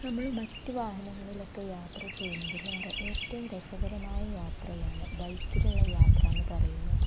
നമ്മൾ മറ്റ് വാഹനങ്ങളിലൊക്കെ യാത്ര ചെയ്യുന്നതിലേറെ ഏറ്റവും രസകരമായ യാത്രയാണ് ബൈക്കിലുള്ള യാത്ര എന്ന് പറയുന്നത്